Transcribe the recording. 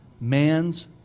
Man's